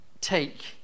take